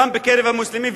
גם בקרב המוסלמים,